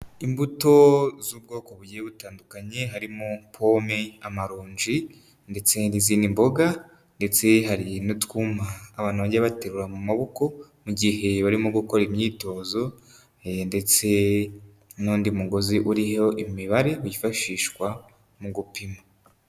Imbuto z'ubwoko bugiye butandukanye, harimo pome, amaronji ndetse n'izindi mboga ndetse hari n'utwuma abantu bajya baterura mu maboko, mu gihe barimo gukora imyitozo ndetse n'undi mugozi uriho imibare, wifashishwa mu gupima,